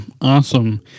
Awesome